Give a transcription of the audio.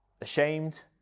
ashamed